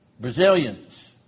Brazilians